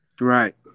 Right